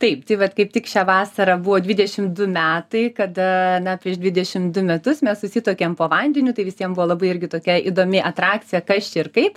taip tai vat kaip tik šią vasarą buvo dvidešim du metai kada na prieš dvidešim du metus mes susituokėm po vandeniu tai visiem buvo labai irgi tokia įdomi atrakcija kas čia ir kaip